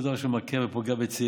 לגבי כל דבר שהוא ממכר ופוגע בצעירים,